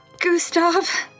Gustav